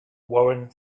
warren